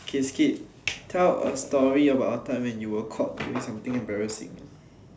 okay skip tell a story about a time when you were caught doing some thing embarrassing